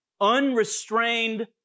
unrestrained